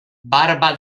barba